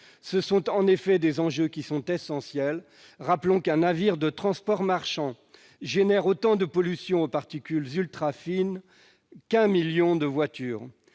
Il s'agit en effet d'enjeux essentiels. Rappelons qu'un navire de transport marchand cause autant de pollution aux particules ultrafines qu'un million de voitures.